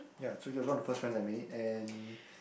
ya so he was one of the first friends I made and